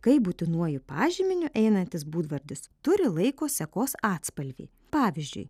kaip būtinuoju pažyminiu einantis būdvardis turi laiko sekos atspalvį pavyzdžiui